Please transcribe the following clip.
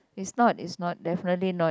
is not is not definitely not